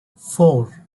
four